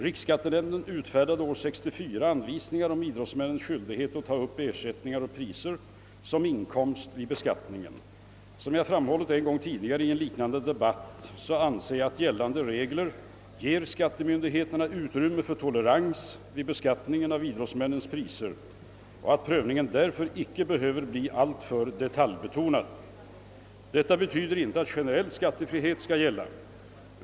Riksskattenämnden utfärdade år 1964 anvisningar om idrottsmännens skyldighet att ta upp ersättningar och priser som inkomst vid beskattningen. Som jag framhållit en gång tidigare i en liknande debatt anser jag att gällande regler ger skaitemyndigheterna utrymme för tolerans vid beskattningen av idrottsmännens priser och att prövningen därför inte behöver bli alltför detaljbetonad. Detta betyder inte att generell skattefrihet skall gälla.